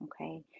okay